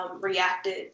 reacted